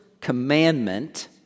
commandment